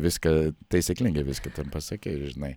viską taisyklingai viską ten pasakei žinai